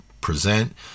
present